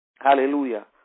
Hallelujah